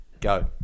Go